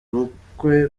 ubukwe